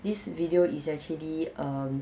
this video is actually um